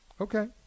Okay